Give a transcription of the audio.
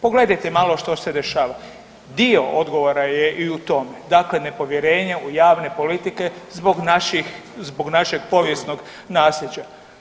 Pogledajte malo što se dešava, dio odgovora je i u tome dakle nepovjerenje u javne politike zbog našeg povijesnog nasljeđa.